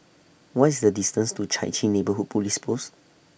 What IS The distance to Chai Chee Neighbourhood Police Post